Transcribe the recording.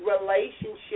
relationship